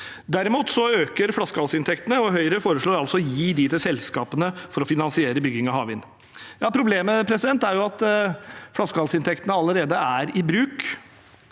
Derimot øker flaskehalsinntektene, og Høyre foreslår altså å gi dem til selskapene for å finansiere bygging av havvind. Problemet er jo at flaskehalsinntektene allerede er i bruk.